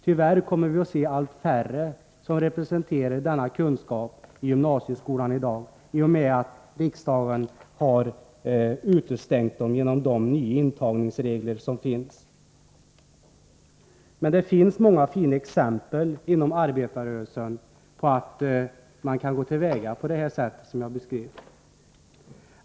Tyvärr kommer vi att få se allt färre som representerar denna typ av kunskap i gymnasieskolan, i och med att riksdagen har utestängt dem genom de nya intagningsreglerna. Det finns emellertid inom arbetarrörelsen många goda exempel på att man kan gå till väga på det sätt som jag har beskrivit.